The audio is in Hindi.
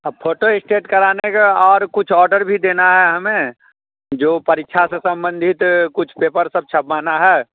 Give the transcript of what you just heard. अब फोटो स्टेट कराने का और कुछ ऑर्डर भी देना है हमें जो परीक्षा से संबंधित कुछ पेपर सब छपवाना है